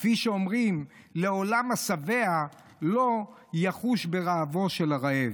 כפי שאומרים: לעולם השבע לא יחוש ברעבו של הרעב.